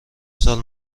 سال